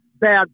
bad